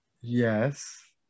Yes